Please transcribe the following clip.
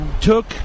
took